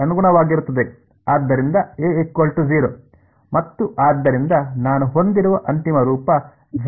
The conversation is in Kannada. ಆದ್ದರಿಂದ a 0 ಮತ್ತು ಆದ್ದರಿಂದ ನಾನು ಹೊಂದಿರುವ ಅಂತಿಮ ರೂಪ ಸರಿ